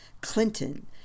Clinton